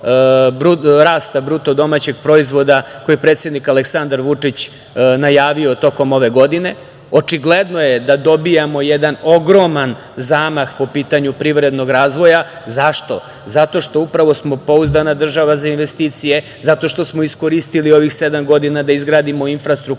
rasta BDP koje je predsednik Aleksandar Vučić najavio tokom ove godine. Očigledno je da dobijamo jedan ogroman zamah po pitanju privrednog razvoja. Zašto? Zato što smo upravo pouzdana država za investicije, zato što smo iskoristili ovih sedam godina da izgradimo infrastrukturu,